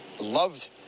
loved